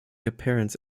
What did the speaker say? appearance